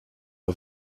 are